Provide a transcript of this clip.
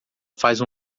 faz